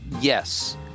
yes